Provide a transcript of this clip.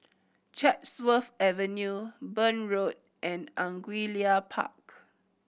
Chatsworth Avenue Burn Road and Angullia Park